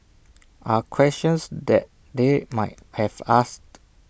are questions that they might have asked